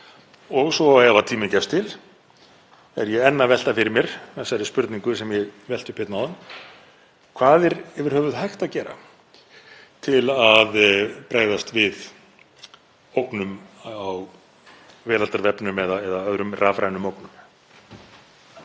Og svo ef tími gefst til er ég enn að velta fyrir mér þeirri spurningu sem ég velti upp áðan: Hvað er yfir höfuð hægt að gera til að bregðast við ógnum á veraldarvefnum eða öðrum rafrænum ógnum?